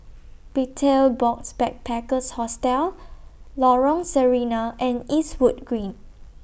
Betel Box Backpackers Hostel Lorong Sarina and Eastwood Green